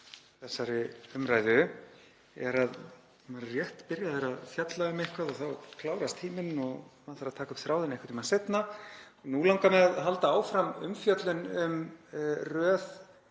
þessari umræðu er að maður er rétt byrjaður að fjalla um eitthvað og þá klárast tíminn og maður þarf að taka upp þráðinn einhvern tímann seinna. Nú langar mig að halda áfram umfjöllun um röð